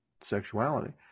sexuality